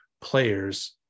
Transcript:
players